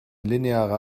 linearer